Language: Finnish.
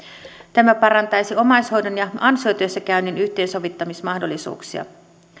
tämä parantaisi omaishoidon ja ansiotyössä käynnin yhteensovittamismahdollisuuksia